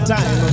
Time